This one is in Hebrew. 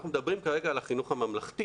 אנחנו מדברים כרגע על החינוך הממלכתי